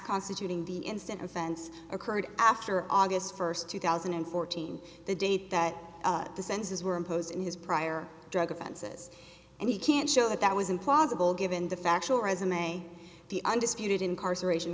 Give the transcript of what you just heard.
constituting the instant offense occurred after august first two thousand and fourteen the date that the senses were imposed in his prior drug offenses and he can't show that that was implausible given the factual resume the undisputed incarceration